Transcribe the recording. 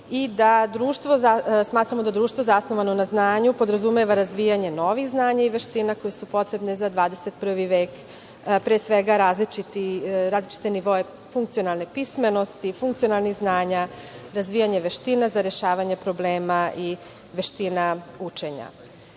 Smatramo da društvo zasnovano na znanju podrazumeva razvijanje novih znanja i veština koje su potrebne za 21. vek, pre svega različite nivoe funkcionalne pismenosti, funkcionalnih znanja, razvijanje veština za rešavanje problema i veština učenja. Posebnu